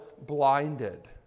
blinded